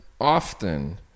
often